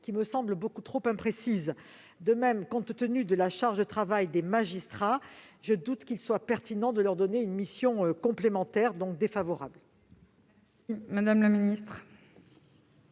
» me semble beaucoup trop imprécise. Par ailleurs, compte tenu de la charge de travail des magistrats, je doute qu'il soit pertinent de leur confier une mission complémentaire. Avis défavorable. Quel est